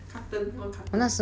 carton one carton